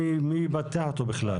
מי יבטח אותו בכלל.